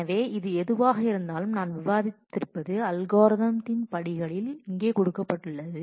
எனவே இது எதுவாக இருந்தாலும் நான் விவரித்திருப்பது அல்காரிதத்தின் படிகளில் இங்கே கொடுக்கப்பட்டுள்ளது